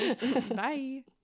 Bye